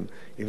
אם זאת התוצאה.